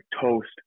toast